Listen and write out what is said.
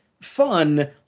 fun